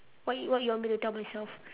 what you what you want me to tell myself